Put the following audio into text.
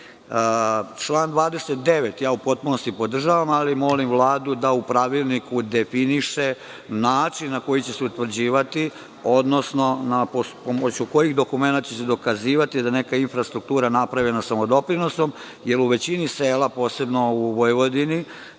29. u potpunosti podržavam, ali molim Vladu da u pravilniku definiše način na koji će se utvrđivati, odnosno pomoću kojih dokumenata će se dokazivati da je neka infrastruktura napravljena samodoprinosom, jer u većini sela, posebno u Vojvodini,